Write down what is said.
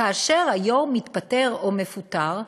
כאשר היו"ר מתפטר או מפוטר,